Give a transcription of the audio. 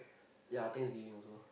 ya thanksgiving also